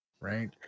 right